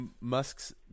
musk's